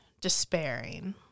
despairing